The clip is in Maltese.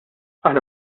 aħna